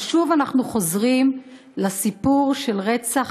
אבל שוב אנחנו חוזרים לסיפור של רצח